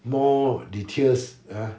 more details uh